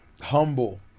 humble